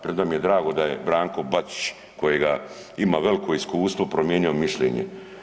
Premda mi je drago da je Branko Bačić kojega ima veliko iskustvo promijenio mišljenje.